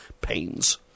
pains